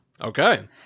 Okay